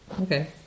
Okay